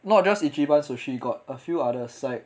not just ichiban sushi got a few others like